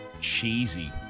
Cheesy